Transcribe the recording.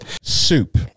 soup